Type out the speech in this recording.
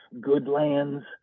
Goodlands